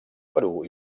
perú